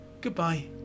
Goodbye